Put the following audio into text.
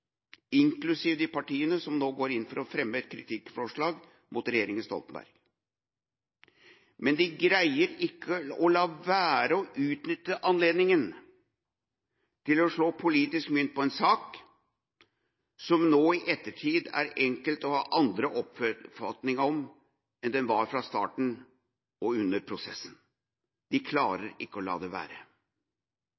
inklusive de partiene som nå går inn for å fremme et kritikkforslag mot regjeringa Stoltenberg, men de greier ikke å la være å utnytte anledninga til å slå politisk mynt på en sak som nå i ettertid er enkelt å ha andre oppfatninger om enn det man hadde i starten og under prosessen.